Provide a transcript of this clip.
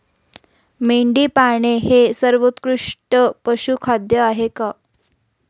मेंढी पाळणे हे सर्वोत्कृष्ट पशुखाद्य आहे का?